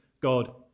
God